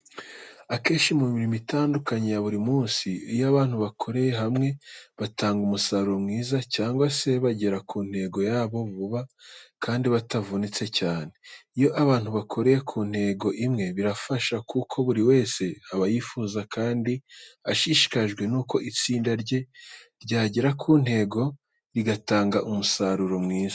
Akenshi mu mirimo itandukanye ya buri munsi, iyo abantu bakoreye hamwe batanga umusaruro mwiza cyangwa se bagera ku ntego yabo vuba kandi batavunitse cyane. Iyo abantu bakoreye ku ntego imwe birafasha kuko buri wese aba yifuza kandi ashishikajwe nuko itsinda rye ryagera ku ntego rigatanga umusaruro mwiza.